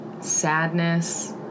sadness